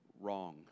wrong